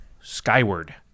skyward